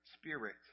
spirit